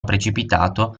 precipitato